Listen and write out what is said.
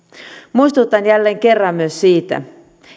muistutan jälleen kerran myös siitä